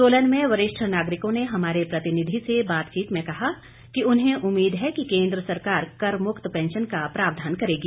सोलन में वरिष्ठ नागरिकों ने हमारे प्रतिनिधि से बातचीत में कहा कि उन्हें उम्मीद है कि केंद्र सरकार कर मुक्त पैंशन का प्रावधान करेगी